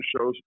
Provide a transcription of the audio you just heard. shows